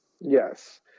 Yes